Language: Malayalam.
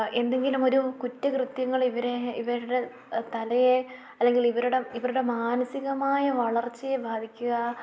എന്തെങ്കിലുമൊരു കുറ്റ കൃത്യങ്ങൾ ഇവരെ ഇവരുടെ തലയെ അല്ലെങ്കിലിവരുടെ ഇവരുടെ മാനസികമായ വളർച്ചയെ ബാധിക്കുക